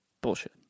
Bullshit